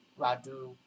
Radu